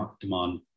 demand